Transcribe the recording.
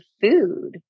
food